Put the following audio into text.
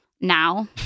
now